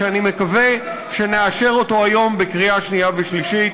שאני מקווה שנאשר אותו היום בקריאה שנייה ושלישית.